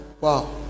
Wow